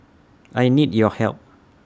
I need your help